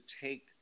take